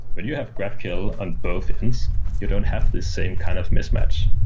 but you have graphql on both ends, you don't have the same kind of mismatch.